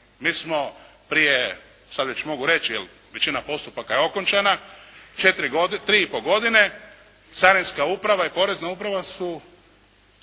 Mi smo prije sad već mogu reći jer većina postupaka je okončana, prije tri i pol godine Carinska uprava i Porezna uprava su